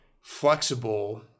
flexible